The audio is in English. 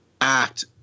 act